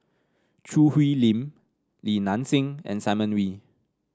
Choo Hwee Lim Li Nanxing and Simon Wee